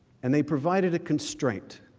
and they provided a constraint